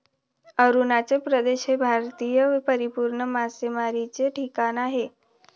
अरुणाचल प्रदेश हे भारतातील परिपूर्ण मासेमारीचे ठिकाण आहे